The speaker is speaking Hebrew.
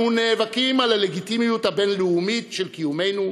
אנחנו נאבקים על הלגיטימיות הבין-לאומית של קיומנו,